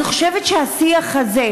אני חושבת שאת השיח הזה,